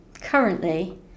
currently